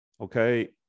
okay